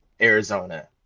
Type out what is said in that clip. Arizona